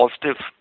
positive